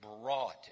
brought